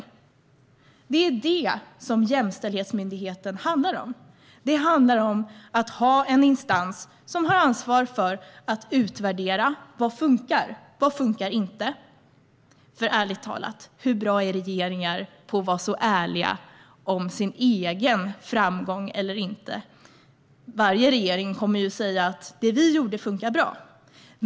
Det är detta som en jämställdhetsmyndighet handlar om. Det handlar om att ha en instans som har ansvar för att utvärdera vad som fungerar och vad som inte fungerar. Ärligt talat, hur bra är regeringar på att vara ärliga om sin egen framgång? Varje regering kommer att säga: Det vi gjorde fungerade bra.